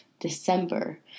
December